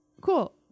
cool